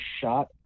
shot